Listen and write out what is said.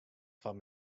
fan